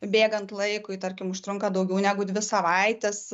bėgant laikui tarkim užtrunka daugiau negu dvi savaites